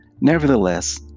Nevertheless